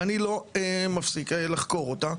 ואני לא מפסיק לחקור אותה,